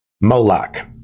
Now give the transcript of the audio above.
Moloch